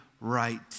right